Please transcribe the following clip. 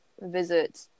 visit